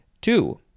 Two